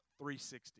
360